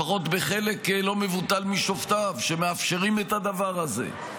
לפחות בחלק לא מבוטל משופטיו שמאפשרים את הדבר הזה.